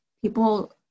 people